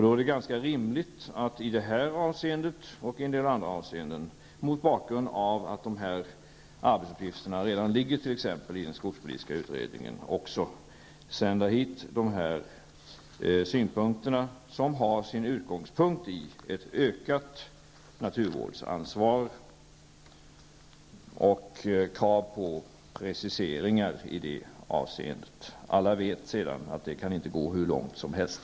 Då är det ganska rimligt att i detta avseende och en del andra avseenden, mot bakgrund av att de här arbetsuppgifterna redan ligger i den skogspolitiska utredningen, lämna över synpunkter dit som har sin grund i ett ökat naturvårdsansvar och krav på preciseringar. Alla vet sedan att det kan inte gå hur långt som helst.